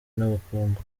n’ubukungu